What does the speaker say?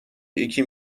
یکی